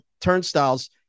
turnstiles